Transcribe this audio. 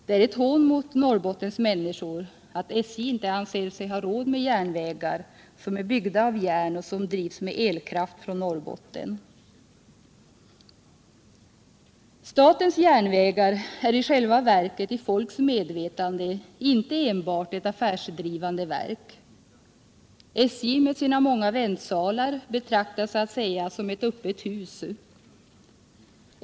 Det är ett hån mot Norrbottens människor att SJ inte anser sig ha råd med järnvägar, som är byggda av järn och som drivs med elkraft från Norrbotten. Statens järnvägar är i själva verket i folks medvetande inte enbart ett affärsdrivande verk. SJ med sina många väntsalar betraktas så att säga som ett ”öppet hus”.